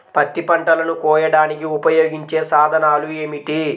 పత్తి పంటలను కోయడానికి ఉపయోగించే సాధనాలు ఏమిటీ?